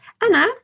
Anna